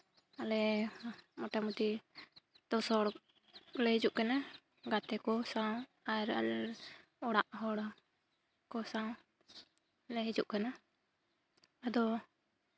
ᱟᱞᱮ ᱢᱳᱴᱟᱢᱩᱴᱤ ᱫᱩ ᱥᱚ ᱦᱚᱲ ᱚᱸᱰᱮ ᱦᱤᱡᱩᱜ ᱠᱟᱱᱟ ᱜᱟᱛᱮ ᱠᱚ ᱥᱟᱶ ᱟᱨ ᱟᱞᱮ ᱚᱲᱟᱜ ᱦᱚᱲ ᱠᱚ ᱥᱟᱶ ᱞᱮ ᱦᱤᱡᱩᱜ ᱠᱟᱱᱟ ᱟᱫᱚ